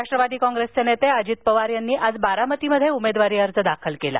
राष्ट्रवादी काँग्रेसचे नेते अजित पवार यांनी आज बारामतीमध्ये उमेदवारी अर्ज दाखल केला